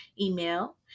email